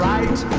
Right